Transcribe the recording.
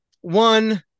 One